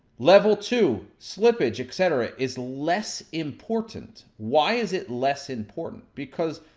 level two, slippage, et cetera, is less important. why is it less important? because,